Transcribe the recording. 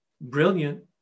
brilliant